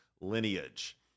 lineage